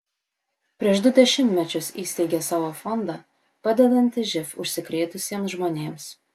prieš du dešimtmečius įsteigė savo fondą padedantį živ užsikrėtusiems žmonėms